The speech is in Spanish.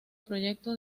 proyecto